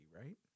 Right